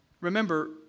Remember